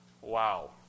wow